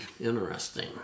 Interesting